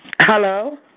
Hello